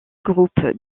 groupes